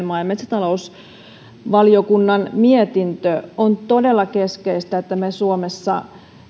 maa ja metsätalousvaliokunnan mietintö on todella keskeistä että me suomessa